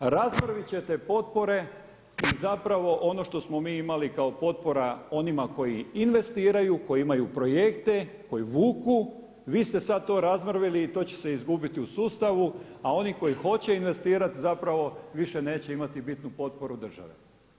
Razmrviti ćete potpore i zapravo ono što smo mi imali kao potpora onima koji investiraju, koji imaju projekte koji vuku, vi ste sada to razmrvili i to će se izgubiti u sustavu, a oni koji hoće investirati zapravo više neće imati bitnu potporu države.